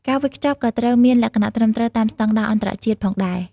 ការវេចខ្ចប់ក៏ត្រូវមានលក្ខណៈត្រឹមត្រូវតាមស្ដង់ដារអន្តរជាតិផងដែរ។